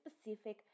specific